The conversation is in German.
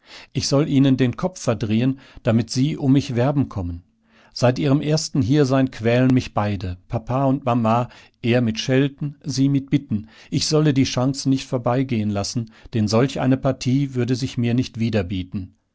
ich soll ihnen den kopf verdrehen damit sie um mich werben kommen seit ihrem ersten hiersein quälen mich beide papa und mama er mit schelten sie mit bitten ich solle die chance nicht vorbeigehen lassen denn solch eine partie würde sich mir nicht